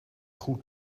goed